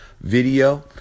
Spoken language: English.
video